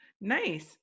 Nice